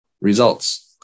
Results